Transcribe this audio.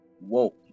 Whoa